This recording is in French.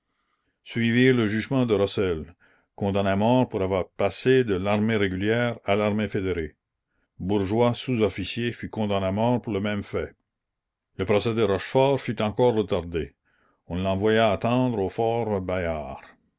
suivirent le jugement de rossel condamné à mort pour avoir passé de l'armée régulière à l'armée fédérée bourgeois sous-officier fut condamné à mort pour le même fait le procès de rochefort fut encore retardé on l'envoya attendre au fort bayard